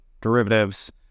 derivatives